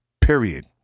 period